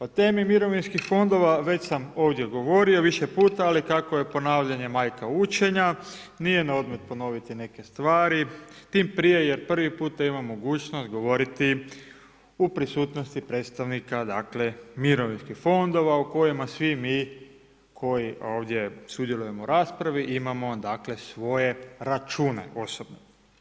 O temi mirovinskih fondova već sam ovdje govorio više puta, ali kako je ponavljanje majka učenja nije na odmet ponoviti neke stvari, tim prije jer imam prvi puta imam mogućnost govoriti u prisutnosti predstavnika mirovinskih fondova u kojima svi mi koji ovdje sudjelujemo u raspravi imamo svoje račune osobne.